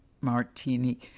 Martini